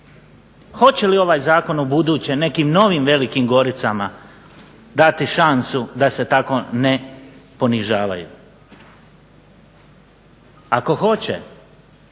Hoće li ovaj zakon ubuduće nekim novim Velikim Goricama dati šansu da se tako ne ponižavaju? Ako hoće